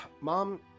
Mom